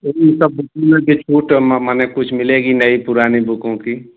छूट माने कुछ मिलेगी नहीं पुरानी बुकों की